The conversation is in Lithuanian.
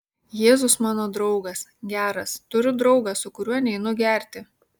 jėzus mano draugas geras turiu draugą su kuriuo neinu gerti